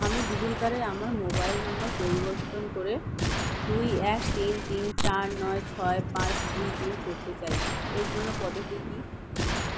আমি ডিজিলকারে আমার মোবাইল নাম্বার পরিবর্তন করে দুই এক তিন তিন চার নয় ছয় পাঁচ দুই তিন করতে চাই এর জন্য পদ্ধতি কী